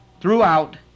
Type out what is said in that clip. throughout